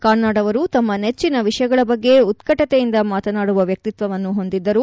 ಕಾರ್ನಾಡ್ ಅವರು ತಮ್ನ ನೆಟ್ಟಿನ ವಿಷಯಗಳ ಬಗ್ಗೆ ಉತ್ತಟತೆಯಿಂದ ಮಾತನಾಡುವ ವ್ವಿಕ್ತವನ್ನು ಹೊಂದಿದ್ದರು